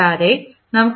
കൂടാതെ നമുക്ക്